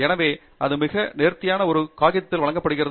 எனவே அது மிக நேர்த்தியாக ஒரு காகிதத்தில் வழங்கப்படுகிறது